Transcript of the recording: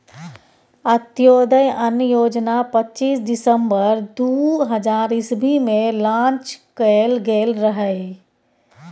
अंत्योदय अन्न योजना पच्चीस दिसम्बर दु हजार इस्बी मे लांच कएल गेल रहय